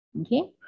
Okay